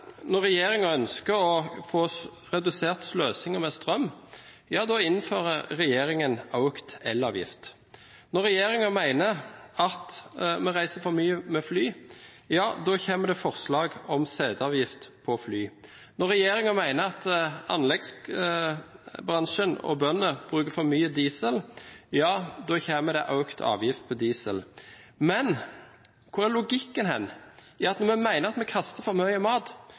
vi reiser for mye med fly, kommer det forslag om seteavgift på fly. Når regjeringen mener at anleggsbransjen og bønder bruker for mye diesel, kommer det økt avgift på diesel. Men hvor er logikken i at når en mener at vi kaster for mye mat,